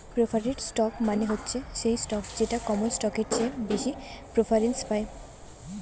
preferred stock মানে হচ্ছে সেই স্টক যেটা কমন স্টকের চেয়ে বেশি প্রেফারেন্স পায়